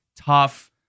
tough